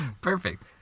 Perfect